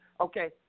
Okay